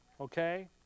Okay